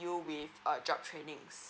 with err job trainings